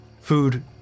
Food